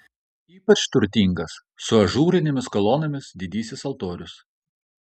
ypač turtingas su ažūrinėmis kolonomis didysis altorius